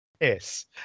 yes